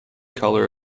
color